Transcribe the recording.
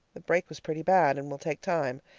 the break was pretty bad, and will take time.